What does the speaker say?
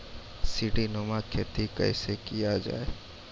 सीडीनुमा खेती कैसे किया जाय?